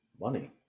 money